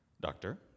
Doctor